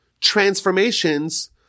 transformations